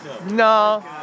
No